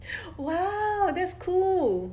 !wow! that's cool